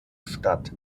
statt